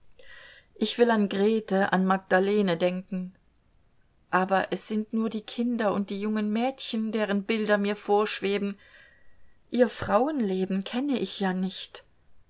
ich will an grete an magdalene denken aber es sind nur die kinder und die jungen mädchen deren bilder mir vorschweben ihr frauenleben kenne ich ja nicht